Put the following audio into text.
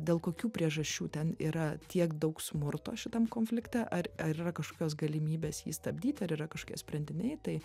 dėl kokių priežasčių ten yra tiek daug smurto šitam konflikte ar ar yra kažkokios galimybės jį stabdyti ar yra kažkokie sprendiniai tai